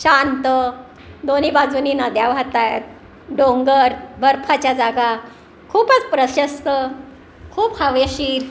शांत दोन्ही बाजूनी नद्या वाहतायत डोंगर बर्फाच्या जागा खूपच प्रशस्त खूप हवेशीर